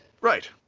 Right